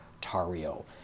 Tario